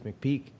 McPeak